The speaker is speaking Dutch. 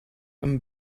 een